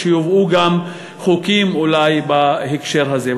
ושיובאו גם חוקים אולי בהקשר הזה.